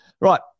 Right